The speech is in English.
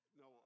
no